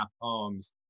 homes